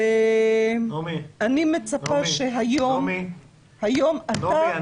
ואני מצפה שהיום אתה --- נעמי,